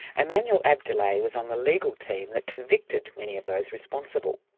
emmanuel abdulai was on the legal team that convicted many of those responsible.